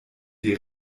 die